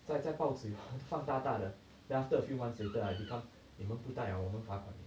在在报纸 放大大的 then after a few months later it become 你们不带啊我们罚款呢